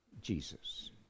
Jesus